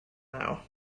now